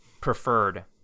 preferred